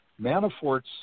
Manafort's